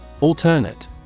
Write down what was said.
Alternate